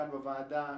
כאן בוועדה,